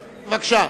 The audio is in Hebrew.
בבקשה.